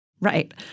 Right